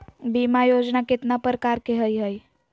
बीमा योजना केतना प्रकार के हई हई?